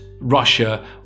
Russia